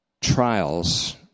trials